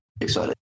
Excited